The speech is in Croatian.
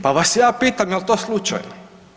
Pa vas ja pitam jel to slučajno?